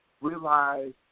realize